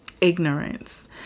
ignorance